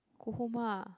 go home ah